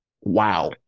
Wow